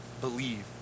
believe